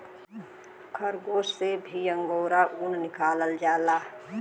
खरगोस से भी अंगोरा ऊन निकालल जाला